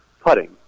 putting